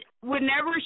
whenever